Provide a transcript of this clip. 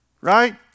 Right